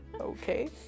Okay